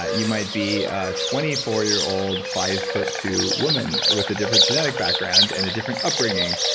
ah you might be a twenty four year old, five foot two woman with a different genetic background and a different upbringing.